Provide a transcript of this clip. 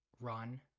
run